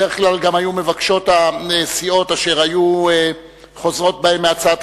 בדרך כלל גם היו מבקשות הסיעות אשר היו חוזרות בהן מהצעת